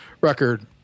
record